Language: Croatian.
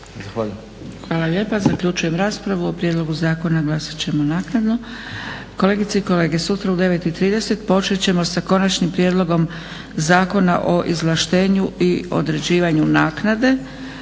Hvala lijepa. Zaključujem raspravu. O prijedlogu zakona glasat ćemo naknadno. Kolegice i kolege sutra u 9,30 počet ćemo sa Konačnim prijedlogom Zakona o izvlaštenju i određivanju naknade